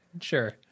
sure